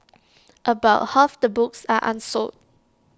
about half the books are unsold